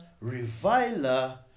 reviler